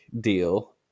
deal